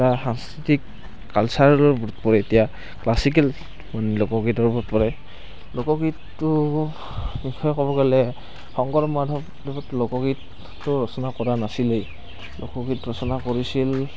এটা সাংস্কৃতিক কালচাৰেলত পৰে এতিয়া ক্লাছিকেল লোকগীতত পৰে লোকগীতটো বিষয়ে ক'ব গ'লে শংকৰ মাধৱদেৱক লোকগীতটো ৰচনা কৰা নাছিলেই লোকগীত ৰচনা কৰিছিল